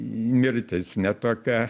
mirtis ne tokia